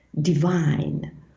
divine